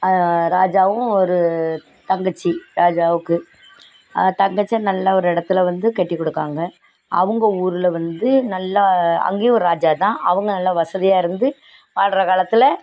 ராஜாவும் ஒரு தங்கச்சி ராஜாவுக்கு தங்கச்சியை நல்லா ஒரு இடத்துல வந்து கட்டிக் கொடுக்காங்க அவங்க ஊரில் வந்து நல்லா அங்கேயும் ஒரு ராஜா தான் அவங்க நல்லா வசதியாக இருந்து வாழ்ற காலத்தில்